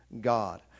God